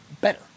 better